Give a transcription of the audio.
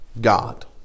God